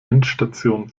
endstation